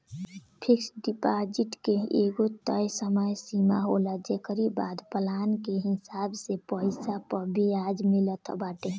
fix deposit के एगो तय समय सीमा होला जेकरी बाद प्लान के हिसाब से पईसा पअ बियाज मिलत बाटे